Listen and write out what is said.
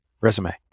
resume